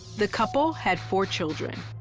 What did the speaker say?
the couple had four children.